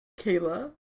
kayla